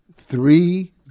three